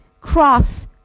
cross